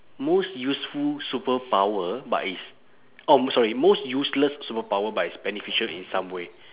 most useful superpower but it's orh sorry most useless superpower but it's beneficial in some way